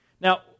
Now